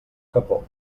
capó